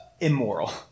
immoral